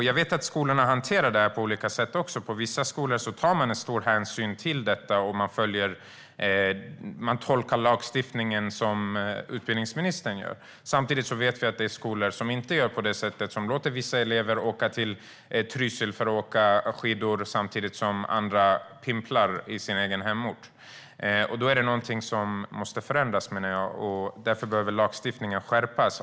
Jag vet att skolorna hanterar det här på olika sätt. På vissa skolor tar man stor hänsyn till detta, och man tolkar lagstiftningen som utbildningsministern gör. Vi vet också att det finns skolor som inte gör på det sättet. De låter vissa elever resa till Trysil för att åka skidor samtidigt som andra pimplar på hemorten. Då är det någonting som måste förändras, menar jag. Därför behöver lagstiftningen skärpas.